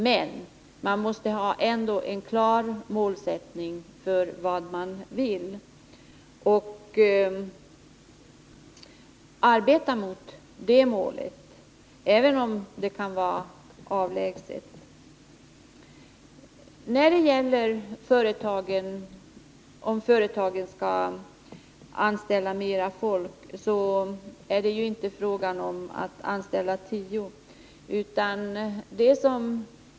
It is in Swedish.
Men det måste finnas en klar målsättning för vad man vill, och det målet skall man arbeta mot, även om det förefaller avlägset. Vad gäller frågan om att företagen skall anställa mer folk, så är det inte bara fråga om tio personer.